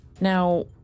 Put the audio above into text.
now